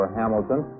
hamilton